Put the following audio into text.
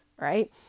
right